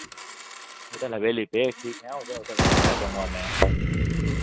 उधर हवेली पे ठीक है उधर हवेली पे आ जाऊंगा मैं